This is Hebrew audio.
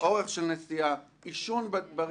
אורך של נסיעה, עישון ברכב,